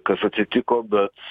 kas atsitiko bet